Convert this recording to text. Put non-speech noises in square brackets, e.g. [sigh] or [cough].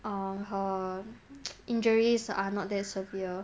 um her [noise] injuries are not that severe